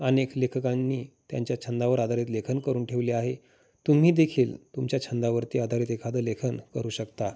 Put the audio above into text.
अनेक लेखकांनी त्यांच्या छंदावर आधारित लेखन करून ठेवले आहे तुम्ही देखील तुमच्या छंदावरती आधारित एखादं लेखन करू शकता